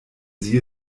sie